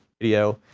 video,